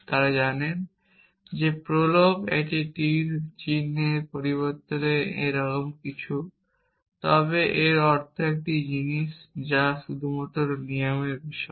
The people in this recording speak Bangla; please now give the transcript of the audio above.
তারা জানেন যে প্রোলগ এটি তীর চিহ্নের পরিবর্তে এইরকম কিছু তবে এর অর্থ একই জিনিস যা শুধুমাত্র নিয়মের বিষয়